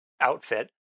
outfit